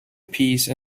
peace